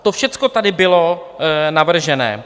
To všechno tady bylo navrženo.